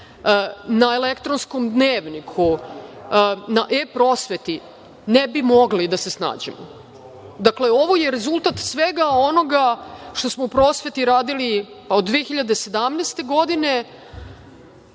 na elektronskom dnevniku, na e-prosveti, ne bismo mogli da se snađemo. Dakle, ovo je rezultat svega onoga što smo u prosveti radili od 2017. godine,